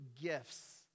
gifts